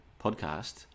podcast